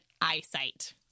eyesight